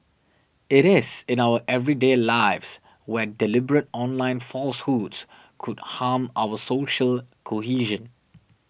it is in our everyday lives where deliberate online falsehoods could harm our social cohesion